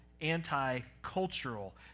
anti-cultural